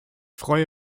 freue